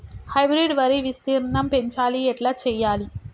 Hybrid వరి విస్తీర్ణం పెంచాలి ఎట్ల చెయ్యాలి?